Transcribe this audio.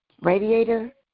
radiator